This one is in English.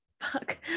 fuck